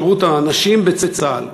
שירות הנשים בצה"ל,